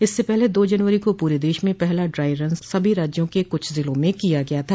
इससे पहले दो जनवरी को पूरे देश में पहला ड्राई रन सभी राज्यों के कुछ जिलों में किया गया था